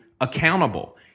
accountable